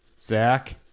Zach